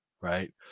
right